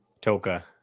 Toka